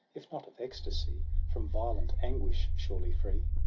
if not of ecstasy, from violent anguish surely free!